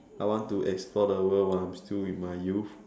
I want to explore the world while I'm still in my youth